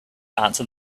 answer